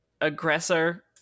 aggressor